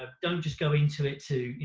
ah don't just go into it to, you